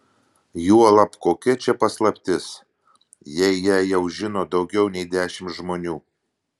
juolab kokia čia paslaptis jei ją jau žino daugiau nei dešimt žmonių